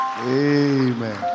Amen